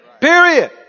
Period